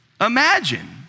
imagine